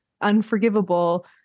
unforgivable